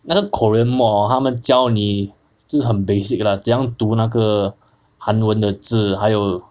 那个 korean mod hor 他们教你是很 basic lah 怎样读那个韩文的字还有